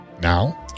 now